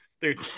dude